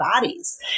bodies